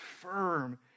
firm